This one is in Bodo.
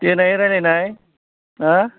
देनाय रायलायनाय हा